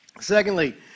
Secondly